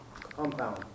compound